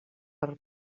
per